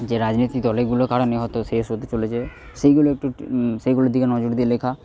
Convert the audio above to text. যে রাজনৈতিক দলেগুলোর কারণে হয়তো শেষ হতে চলেছে সেইগুলো একটু সেগুলোর দিকে নজর দিয়ে লেখা